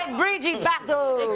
bridget but